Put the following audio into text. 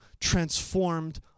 transformed